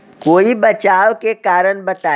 कोई बचाव के कारण बताई?